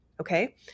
Okay